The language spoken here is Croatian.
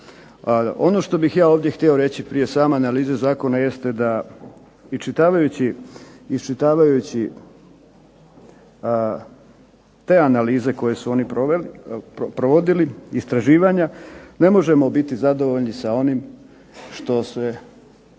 Ono što bih ja ovdje htio reći prije same analize zakona jeste da iščitavajući te analize koje su oni provodili, istraživanja, ne možemo biti zadovoljni sa onim što se